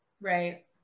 Right